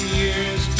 years